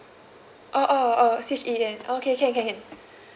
oh oh oh C H E N oh can can can can